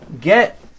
get